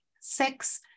six